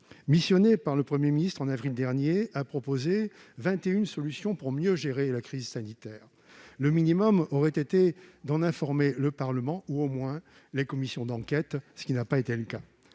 missionné par le Premier ministre en avril dernier, a proposé vingt et une solutions pour mieux gérer la crise sanitaire. Le minimum aurait été d'en informer le Parlement ou, au moins, la commission d'enquête, ce qui n'a pas été le cas.